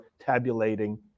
tabulating